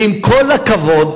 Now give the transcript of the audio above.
ועם כל הכבוד,